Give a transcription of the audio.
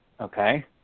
Okay